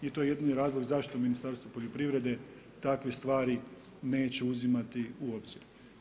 I to je jedini razlog zašto Ministarstvo poljoprivrede takve stvari neće uzimati u obzir.